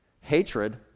Hatred